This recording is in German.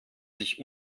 sich